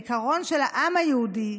העיקרון של העם היהודי,